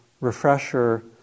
refresher